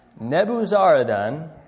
Nebuzaradan